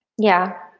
yeah,